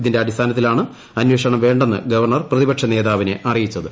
ഇതിന്റെ അടിസ്ഥാനത്തിലാണ് അന്വേഷണം വേണ്ടെന്ന് ഗവർണർ പ്രതിപക്ഷനേതാവിനെ അറിയിച്ചത്